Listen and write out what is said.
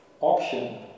auction